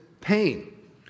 pain